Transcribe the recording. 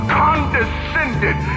condescended